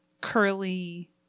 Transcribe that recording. curly